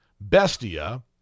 Bestia